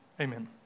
amen